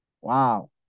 Wow